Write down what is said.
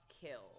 kill